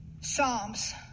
Psalms